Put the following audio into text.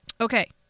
okay